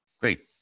Great